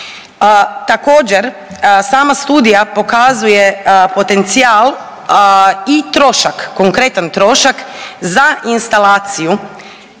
Također sama studija pokazuje potencijal i trošak, konkretan trošak za instalaciju